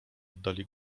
oddali